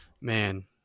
Man